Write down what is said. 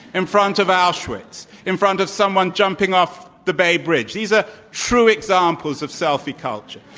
in front of auschwitz, in front of someone jumping off the bay bridge. these are true examples of selfie culture.